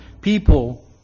people